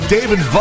David